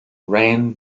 ran